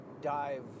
dive